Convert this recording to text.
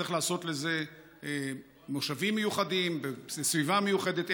צריך לעשות לזה מושבים מיוחדים, סביבה מיוחדת.